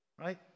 Right